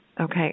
Okay